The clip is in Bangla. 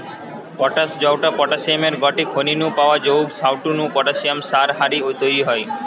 পটাশ জউটা পটাশিয়ামের গটে খনি নু পাওয়া জউগ সউটা নু পটাশিয়াম সার হারি তইরি হয়